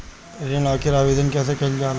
ऋण खातिर आवेदन कैसे कयील जाला?